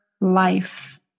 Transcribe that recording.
life